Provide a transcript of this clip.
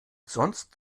sonst